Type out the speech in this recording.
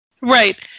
Right